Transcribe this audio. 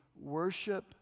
worship